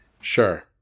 Sure